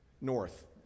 North